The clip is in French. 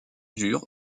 dure